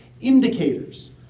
Indicators